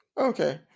Okay